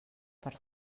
per